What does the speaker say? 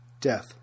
Death